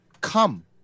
come